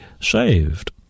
saved